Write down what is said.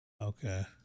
Okay